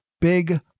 big